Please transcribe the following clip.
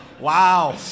Wow